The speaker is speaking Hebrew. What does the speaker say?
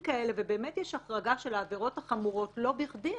ובאמת יש החרגה של העבירות החמורות לא בכדי,